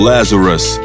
Lazarus